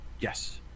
Yes